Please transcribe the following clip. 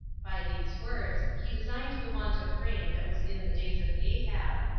by these words he designed the want of rain that was in the days of ahab,